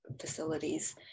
facilities